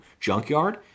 junkyard